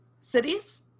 cities